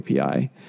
API